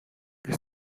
que